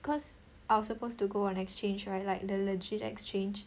cause I was supposed to go on exchange right like the legit exchange